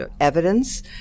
evidence